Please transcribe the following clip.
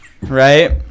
right